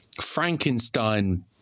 Frankenstein